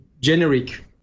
generic